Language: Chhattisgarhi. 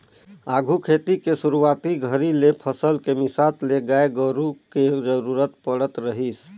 आघु खेती के सुरूवाती घरी ले फसल के मिसात ले गाय गोरु के जरूरत पड़त रहीस